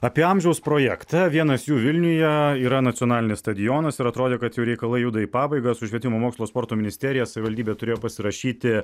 apie amžiaus projektą vienas jų vilniuje yra nacionalinis stadionas ir atrodė kad jau reikalai juda į pabaigą su švietimo mokslo sporto ministerija savivaldybė turėjo pasirašyti